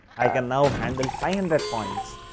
i can now handle five hundred points